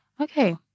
Okay